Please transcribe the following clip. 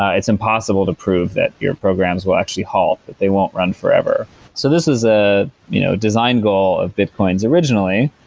ah it's impossible to prove that your programs will actually hold, that they won't run forever so this is a you know designed goal of bitcoin's originally.